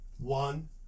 One